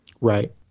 Right